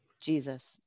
Jesus